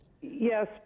Yes